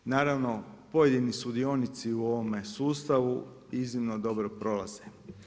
Naravno pojedini sudionici u ovome sustavu iznimno dobro prolaze.